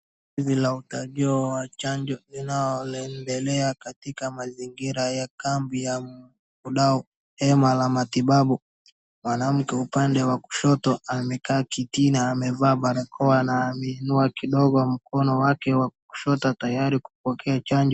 Shughuli ya utajiwa wa chanjo unaoendelea katika mazingira ya kambi ya hema la matibabu, mwanamke upande wa kushoto amekaa kitini amevaa barakoa na ameinua kidogo mkono wake wa kushoto tayari kupokea chanjo.